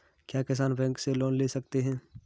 क्या किसान बैंक से लोन ले सकते हैं?